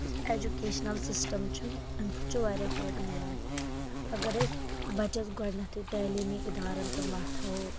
یُس educational system چھُ اَمہِ سۭتۍ چھُ واریاہ فٲیٚدٕ مِلان اَگر أسۍ بَچس گۄڈٕ نیٚتھے تعلیٖمی ادارَن کُن وَتھ ہاوو